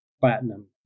platinum